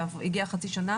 הגיעה חצי שנה